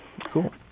Cool